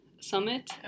Summit